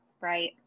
right